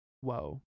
whoa